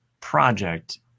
project